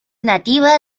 nativa